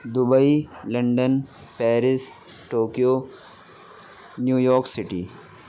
Dubai London Paris Tokyo New York city